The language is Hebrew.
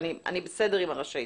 ואני בסדר עם "רשאית".